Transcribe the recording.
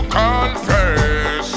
confess